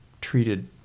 treated